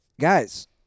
Guys